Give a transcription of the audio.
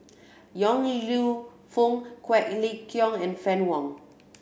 Yong Lew Foong Quek Ling Kiong and Fann Wong